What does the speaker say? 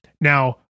Now